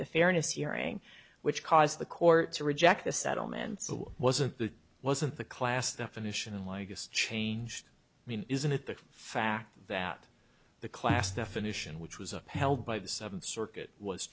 the fairness hearing which caused the court to reject the settlements wasn't that wasn't the class definition of changed i mean isn't it the fact that the class definition which was a pell by the seventh circuit was